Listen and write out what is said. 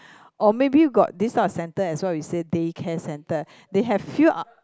or maybe got this type of centre as well you say day care centre they have few h~